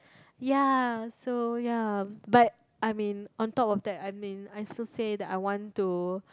ya so ya but I mean on top of that I mean I also say that I want to